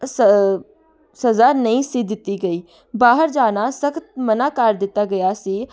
ਅਸ ਸਜ਼ਾ ਨਹੀਂ ਸੀ ਦਿੱਤੀ ਗਈ ਬਾਹਰ ਜਾਣਾ ਸਖ਼ਤ ਮਨਾ ਕਰ ਦਿੱਤਾ ਗਿਆ ਸੀ